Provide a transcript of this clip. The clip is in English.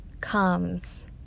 comes